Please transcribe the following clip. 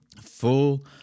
full